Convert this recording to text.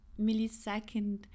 millisecond